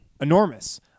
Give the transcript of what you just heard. enormous